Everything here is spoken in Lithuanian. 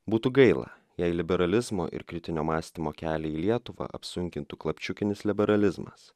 būtų gaila jei liberalizmo ir kritinio mąstymo kelią į lietuvą apsunkintų klapčiukinis liberalizmas